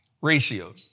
ratio